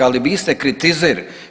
Ali vi ste kritizer.